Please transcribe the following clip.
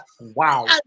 wow